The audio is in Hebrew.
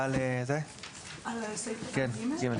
לגבי סעיף קטן (ג).